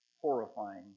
horrifying